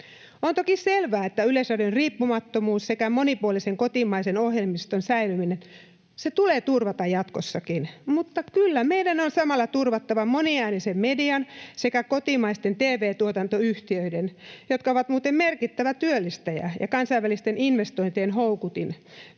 On toki selvää, että Yleisradion riippumattomuus sekä monipuolisen kotimaisen ohjelmiston säilyminen tulee turvata jatkossakin, mutta kyllä meidän on samalla turvattava moniäänisen median sekä kotimaisten tv-tuotantoyhtiöiden, jotka ovat muuten merkittävä työllistäjä ja kansainvälisten investointien houkutin,